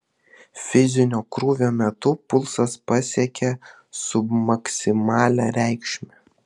fizinio krūvio metu pulsas pasiekė submaksimalią reikšmę